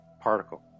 particle